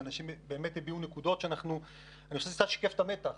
ואנשים הביעו נקודות שמשקפות את המתח